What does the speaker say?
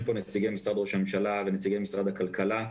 פה נציגי משרד ראש הממשלה ונציגי משרד הכלכלה.